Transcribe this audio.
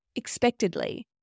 expectedly